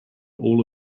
all